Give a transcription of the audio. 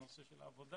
הנושא של העבודה.